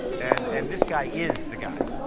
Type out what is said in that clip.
and and this guy is the guy,